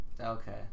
okay